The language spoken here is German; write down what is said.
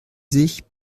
sich